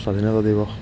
স্বাধীনতা দিৱস